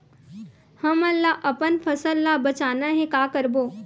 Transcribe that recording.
हमन ला अपन फसल ला बचाना हे का करबो?